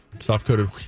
Soft-coated